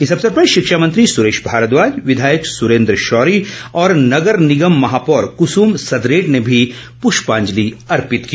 इस अवसर पर शिक्षा मंत्री सुरेश भारद्वाज विधायक सुरेन्द्र शौरी और नगर निगम महापौर कुसुम सदरेट ने भी पृष्पांजलि अर्पित की